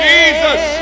Jesus